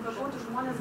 kitatautys žmonės